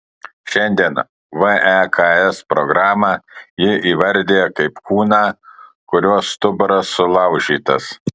šiandien veks programą ji įvardija kaip kūną kurio stuburas sulaužytas